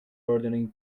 ordering